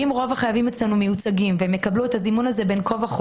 אם רוב החייבים אצלנו מיוצגים והם יקבלו את הזימון הזה בכל מקרה